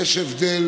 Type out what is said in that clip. יש הבדל